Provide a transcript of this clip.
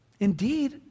Indeed